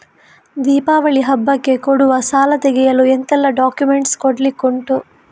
ದೀಪಾವಳಿ ಹಬ್ಬಕ್ಕೆ ಕೊಡುವ ಸಾಲ ತೆಗೆಯಲು ಎಂತೆಲ್ಲಾ ಡಾಕ್ಯುಮೆಂಟ್ಸ್ ಕೊಡ್ಲಿಕುಂಟು?